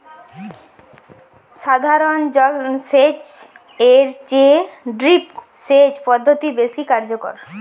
সাধারণ সেচ এর চেয়ে ড্রিপ সেচ পদ্ধতি বেশি কার্যকর